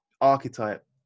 archetype